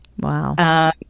Wow